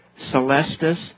Celestis